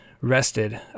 rested